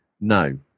No